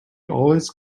always